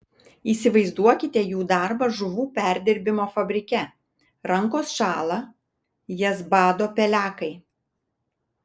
įsivaizduokite jų darbą žuvų perdirbimo fabrike rankos šąla jas bado pelekai